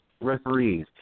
referees